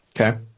Okay